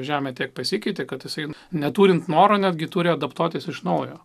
žemė tiek pasikeitė kad jisai neturint noro netgi turi adaptuotis iš naujo